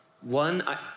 One